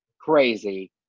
Crazy